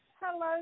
Hello